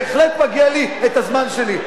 בהחלט מגיע לי הזמן שלי.